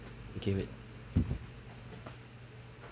okay wait